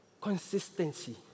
consistency